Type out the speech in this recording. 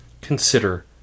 consider